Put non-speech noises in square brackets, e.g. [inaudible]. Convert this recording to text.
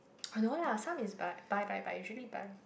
[noise] no lah some is buy buy buy buy usually buy